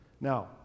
Now